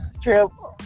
True